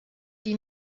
die